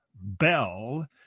Bell